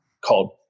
called